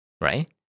right